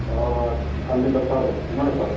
অঁ কাইলৈ দহটা বজাত দিনৰ দহটাত